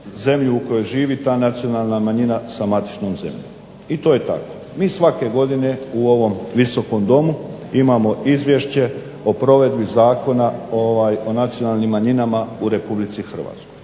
zemlju u kojoj živi ta nacionalna manjina sa matičnom zemljom. I to je tako. Mi svake godine u ovom visokom domu imamo izvješće o provedbi Zakona o nacionalnim manjinama u Republici Hrvatskoj